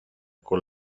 con